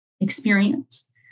experience